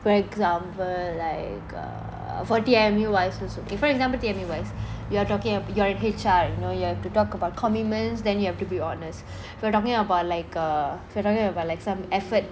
for example like err for T_M_U wise it's okay for example T_M_U wise you are talking you're in H_R you know you have to talk about commitments then you have to be honest if we are talking about like uh talking about like some effort